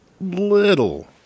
little